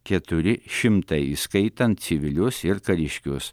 keturi šimtai įskaitant civilius ir kariškius